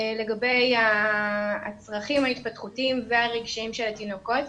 לגבי הצרכים ההתפתחותיים והרגשיים של התינוקות.